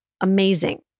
Amazing